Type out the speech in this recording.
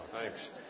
Thanks